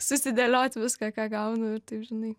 susidėliot viską ką gaunu taip žinai